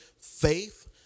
Faith